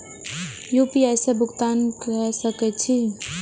UPI से भुगतान क सके छी?